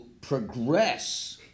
progress